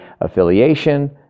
affiliation